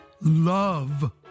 love